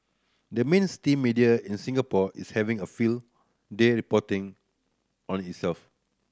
the mainstream media in Singapore is having a field day reporting on itself